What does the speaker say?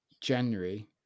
January